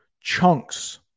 chunks